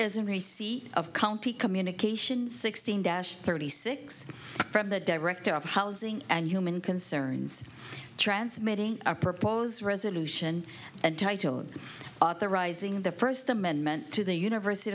in receipt of county communication sixteen dash thirty six from the director of housing and human concerns transmitting our proposed resolution and title authorizing the first amendment to the university